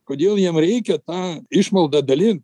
kodėl jiem reikia tą išmaldą dalint